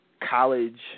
college